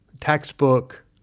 textbook